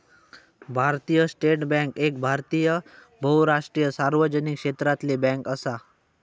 भारतीय state bank एक भारतीय बहुराष्ट्रीय सार्वजनिक क्षेत्रातली बॅन्क असा